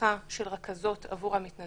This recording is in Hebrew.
תמיכה של רכזות עבור המתנדבות.